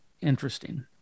interesting